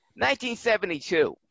1972